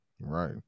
Right